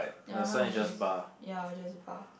ya mine is just ya just a bar